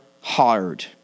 hard